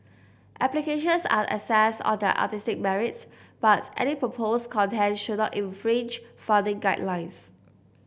applications are assessed on their artistic merit but any proposed content should not infringe funding guidelines